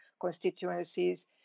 constituencies